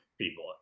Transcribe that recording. people